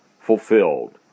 fulfilled